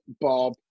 Bob